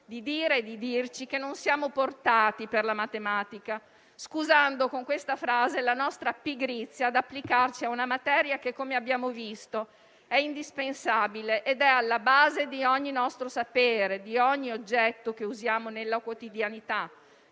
di dire e dirci di non essere portati per la matematica, scusando con questa frase la nostra pigrizia nell'applicarci a una materia che, come abbiamo visto, è indispensabile e alla base di ogni nostro sapere, di ogni oggetto che usiamo nella quotidianità